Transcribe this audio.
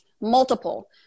multiple